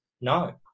No